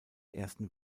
ersten